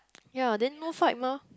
ya then no fight mah